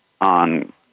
on